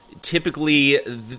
typically